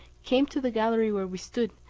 came to the gallery where we stood,